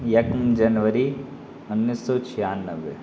یکم جنوری انّیس سو چھیانوے